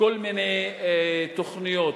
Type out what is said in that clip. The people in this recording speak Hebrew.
כל מיני תוכניות,